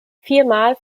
viermal